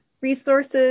resources